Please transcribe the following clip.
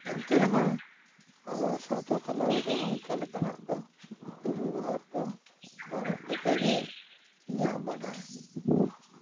ᱮᱱᱛᱮ ᱨᱮᱦᱚᱸ ᱟᱵᱚ ᱥᱟᱶᱛᱟ ᱛᱟᱞᱟ ᱨᱮᱫᱚ ᱚᱱᱠᱟ ᱞᱮᱠᱟᱱᱟᱜ ᱫᱚ ᱫᱩᱨᱼᱵᱮᱵᱚᱦᱟᱨ ᱫᱚ ᱵᱟᱹᱱᱩᱜ ᱞᱮᱠᱟ ᱜᱮ ᱤᱧᱟᱹᱜ ᱵᱟᱰᱟᱭ